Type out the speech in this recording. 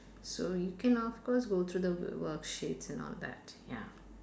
so you can of course go through the wor~ worksheets and all that ya